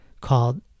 called